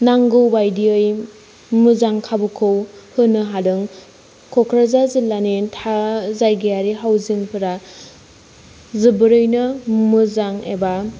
नांगौ बायदियै मोजां खाबुखौ होनो हादों क'क्राझार जिल्लानि जायगायारि हाउजिंफोरा जोबोरैनो मोजां एबा